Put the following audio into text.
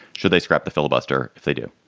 should they scrap the filibuster? if they do?